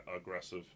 aggressive